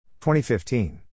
2015